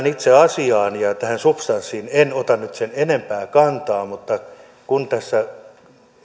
itse asiaan ja tähän substanssiin en ota nyt sen enempää kantaa mutta kun tässä